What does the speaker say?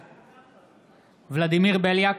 בעד ולדימיר בליאק,